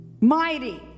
mighty